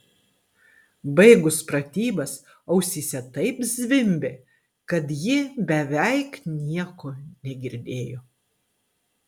baigus pratybas ausyse taip zvimbė kad ji beveik nieko negirdėjo